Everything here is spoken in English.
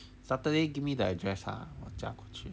saturday give me the address ah 我驾过去